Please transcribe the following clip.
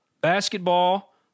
Basketball